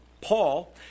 Paul